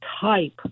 type